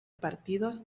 partidos